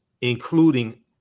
including